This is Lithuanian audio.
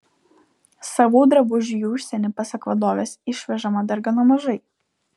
savų drabužių į užsienį pasak vadovės išvežama dar gana mažai